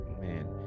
man